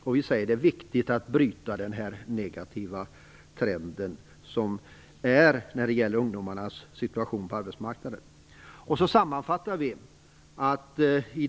Det är viktigt att bryta den negativa trenden när det gäller ungdomarnas situation på arbetsmarknaden.